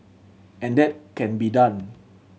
and that can be done